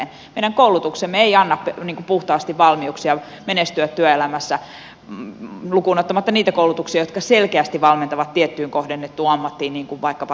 meidän koulutuksemme ei anna puhtaasti valmiuksia menestyä työelämässä lukuun ottamatta niitä koulutuksia jotka selkeästi valmentavat tiettyyn kohdennettuun ammattiin niin kuin vaikkapa lääkärin kohdalla